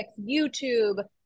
YouTube